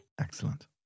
Excellent